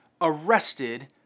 arrested